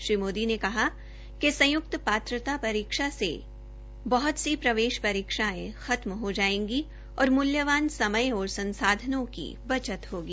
श्री मोदी ने कहा है कि संयुक्त पात्रता परीक्षा से बहुत सी प्रवेश परीक्षायें खत्म हो जायेगी और मूल्यावान समय और संसाधनों की बचत होगी